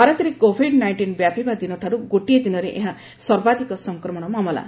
ଭାରତରେ Covid nineteen ବ୍ୟାପିବା ଦିନଠାର୍ ଗୋଟିଏ ଦିନରେ ଏହା ସର୍ବାଧିକ ସଂକ୍ରମଣ ମାମଲା